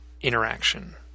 interaction